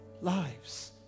Lives